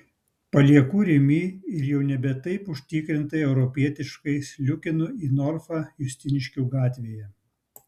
palieku rimi ir jau nebe taip užtikrintai europietiškai sliūkinu į norfą justiniškių gatvėje